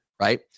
right